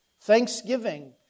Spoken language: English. Thanksgiving